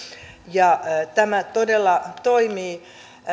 ja tämä todella toimii